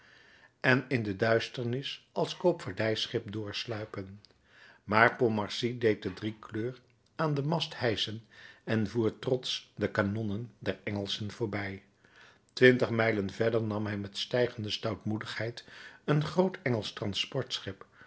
en in de duisternis als koopvaardijschip doorsluipen maar pontmercy deed de driekleur aan den mast hijschen en voer trotsch de kanonnen der engelschen voorbij twintig mijlen verder nam hij met stijgende stoutmoedigheid een groot